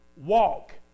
walk